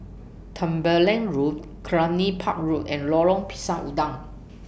Tembeling Road Cluny Park Road and Lorong Pisang Udang